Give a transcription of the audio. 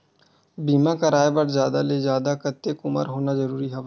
बीमा कराय बर जादा ले जादा कतेक उमर होना जरूरी हवय?